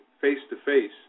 face-to-face